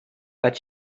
but